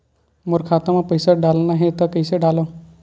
मोर खाता म पईसा डालना हे त कइसे डालव?